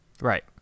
Right